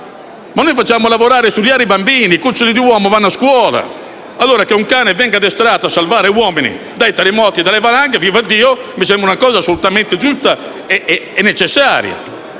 Ma noi facciamo studiare i bambini, "i cuccioli di uomo", vanno a scuola; che un cane venga addestrato a salvare gli uomini dai terremoti e dalle valanghe, vivaddio, mi sembra una cosa assolutamente giusta e necessaria.